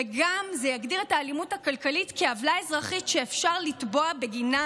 וזה גם יגדיר את האלימות הכלכלית כעוולה אזרחית שאפשר לתבוע בגינה